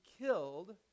killed